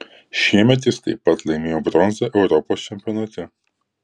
šiemet jis taip pat laimėjo bronzą europos čempionate